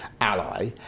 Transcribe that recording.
ally